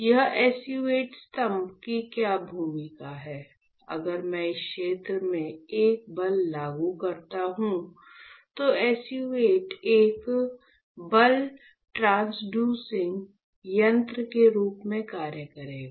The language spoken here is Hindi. इस SU 8 स्तंभ की क्या भूमिका है अगर मैं इस क्षेत्र में एक बल लागू करता हूं तो SU 8 स्तंभ एक बल ट्रांसड्यूसिंग तंत्र के रूप में कार्य करेगा